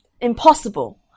impossible